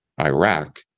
Iraq